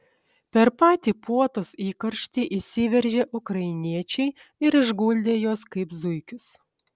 per patį puotos įkarštį įsiveržė ukrainiečiai ir išguldė juos kaip zuikius